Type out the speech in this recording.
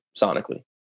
sonically